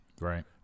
Right